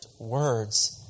words